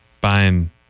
buying